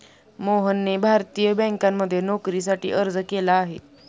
मोहनने भारतीय बँकांमध्ये नोकरीसाठी अर्ज केला आहे